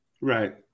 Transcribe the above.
Right